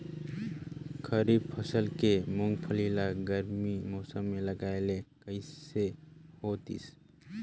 खरीफ फसल के मुंगफली ला गरमी मौसम मे लगाय ले कइसे होतिस?